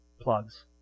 plugs